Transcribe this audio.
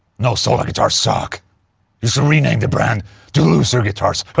no, solar guitars suck just rename the brand to loser guitars